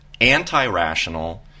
anti-rational